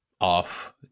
off